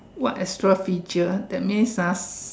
what extra feature that means ah